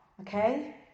Okay